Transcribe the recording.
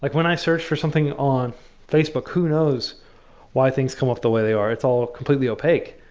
like when i search for something on facebook, who knows why things come up the way they are. it's all completely opaque.